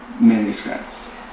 manuscripts